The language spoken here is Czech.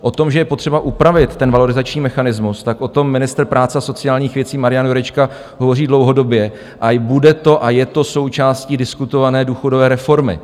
O tom, že je potřeba upravit ten valorizační mechanismus, o tom ministr práce a sociálních věcí Marian Jurečka hovoří dlouhodobě a bude to a je to součástí diskutované důchodové reformy.